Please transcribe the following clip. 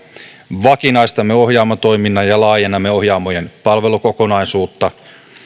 vakinaistamme ohjaamo toiminnan ja laajennamme ohjaamojen palvelukokonaisuutta